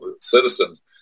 citizens